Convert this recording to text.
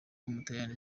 w’umutaliyani